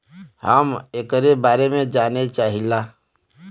हम एकरे बारे मे जाने चाहीला?